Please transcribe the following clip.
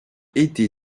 été